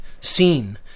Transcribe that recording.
seen